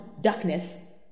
darkness